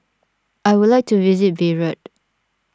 I would like to visit Beirut